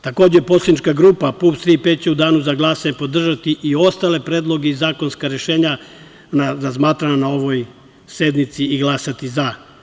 Takođe, poslanička grupa PUPS Tri-P će u danu za glasanje podržati i ostale predloge i zakonska rešenja, razmatrana na ovoj sednici i glasati za.